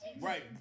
Right